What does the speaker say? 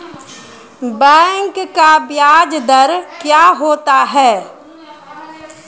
Bank का ब्याज दर क्या होता हैं?